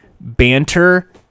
banter